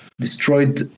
destroyed